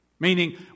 Meaning